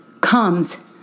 comes